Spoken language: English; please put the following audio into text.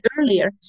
earlier